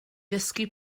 ddysgu